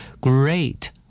Great